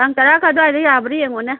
ꯇꯥꯡ ꯇꯔꯥꯒ ꯑꯗꯥꯏꯗ ꯌꯥꯕ꯭ꯔꯥ ꯌꯦꯡꯉꯨꯅꯦ